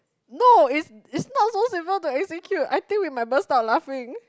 no it's it's not so simple to execute I think we might burst out laughing